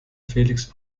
felix